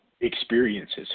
experiences